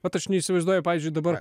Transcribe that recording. vat aš neįsivaizduoju pavyzdžiui dabar